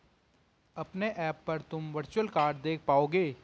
अपने ऐप पर तुम वर्चुअल कार्ड देख पाओगे